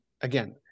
again